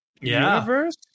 universe